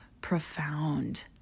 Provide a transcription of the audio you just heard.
profound